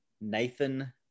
Nathan